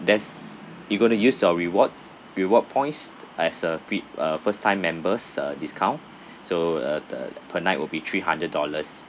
there's you're going to use your reward reward points as a fit a first time member's uh discount so at a per night will be three hundred dollars